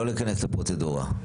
לא להיכנס לפרוצדורה.